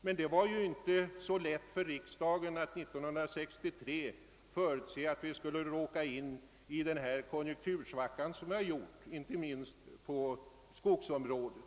Men det var ju inte så lätt för riksdagen att 1963 förutse att vi skulle råka in i den konjunktursvacka som nu gör sig gällande inte minst på skogsområdet.